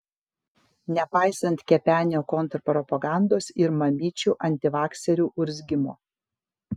nepaisant kepenio kontrpropagandos ir mamyčių antivakserių urzgimo